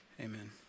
Amen